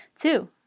Two